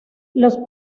los